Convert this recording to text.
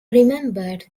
remembered